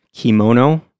Kimono